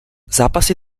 zápasy